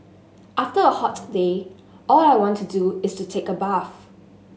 after a hot day all I want to do is to take a bath